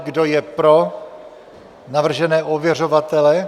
Kdo je pro navržené ověřovatele?